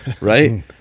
Right